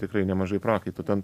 tikrai nemažai prakaito ten